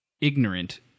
ignorant